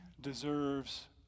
deserves